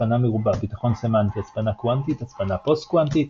הצפנה מרובה ביטחון סמנטי הצפנה קוונטית הצפנה פוסט-קוונטית